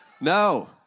No